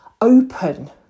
open